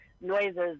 noises